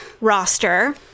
roster